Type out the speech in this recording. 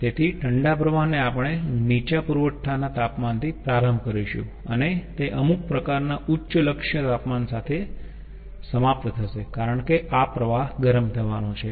તેથી ઠંડા પ્રવાહ ને આપણે નીચા પુરવઠાના તાપમાનથી પ્રારંભ કરીશું અને તે અમુક પ્રકારના ઉચ્ચ લક્ષ્ય તાપમાન સાથે સમાપ્ત થશે કારણ કે આ પ્રવાહ ગરમ થવાનો છે